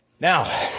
Now